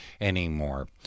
anymore